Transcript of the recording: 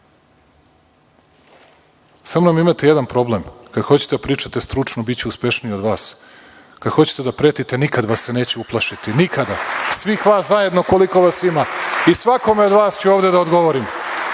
imate jedan problem, kad hoćete da pričate stručno biću uspešniji od vas, kad hoćete da pretite nikad vas se neću uplašiti, nikada. Svih vas zajedno koliko vas ima i svakome od vas ću ovde da odgovorim.